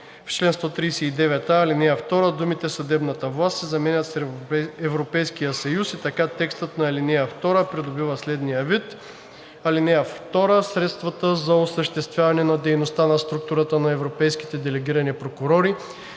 В чл.139а, ал. 2 думите „съдебната власт“ се заменят с „Европейския съюз“ и така текстът на алинея втора придобива следния вид: „ (2) Средствата за осъществяване на дейността на структурата на европейските делегирани прокурори